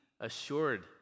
assured